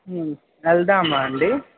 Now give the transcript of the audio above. వెళదామా అండి